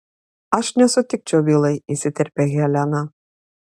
aš nesutikčiau vilai įsiterpia helena